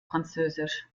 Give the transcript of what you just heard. französisch